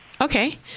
Okay